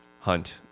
hunt